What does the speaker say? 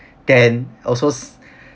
then also